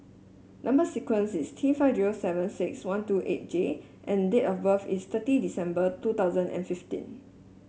number sequence is T five zero seven six one two eight J and date of birth is thirty December two thousand and fifteen